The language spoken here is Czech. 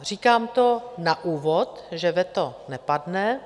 Říkám to na úvod, že veto nepadne.